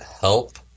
help